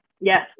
Yes